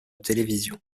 télévision